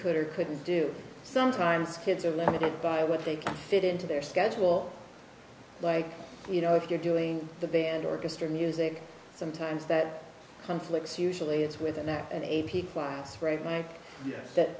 could or couldn't do sometimes kids are limited by what they can fit into their schedule like you know if you're doing the band orchestra music sometimes that conflicts usually it's within that a